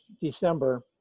December